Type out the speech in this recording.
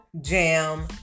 Jam